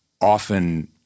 often